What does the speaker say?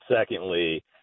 Secondly